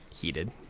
heated